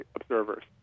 observers